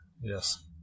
Yes